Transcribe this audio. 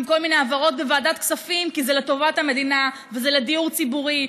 כל מיני העברות בוועדת הכספים כי זה לטובת המדינה וזה לדיור ציבורי,